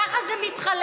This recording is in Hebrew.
ככה זה מתחלק.